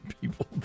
people